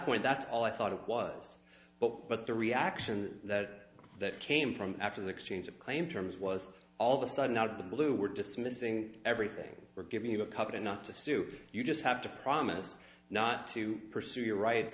point that's all i thought it was but but the reaction that that came from after the exchange of claim terms was all the sudden out of the blue were dismissing everything we're giving you a cut and not to sue you just have to promise not to pursue your rights